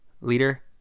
leader